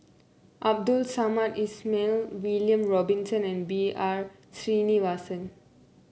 Abdul Samad Ismail William Robinson and B R Sreenivasan